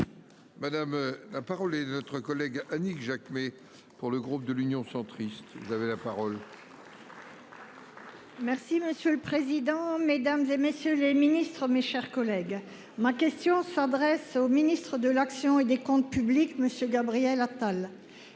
Madame, la parole et l'autre collègue Annick Jacquemet. Pour le groupe de l'Union centriste, vous avez la parole. Merci monsieur le président, Mesdames, et messieurs les ministres, mes chers collègues, ma question s'adresse au ministre de l'action et des Comptes publics monsieur Gabriel Attal.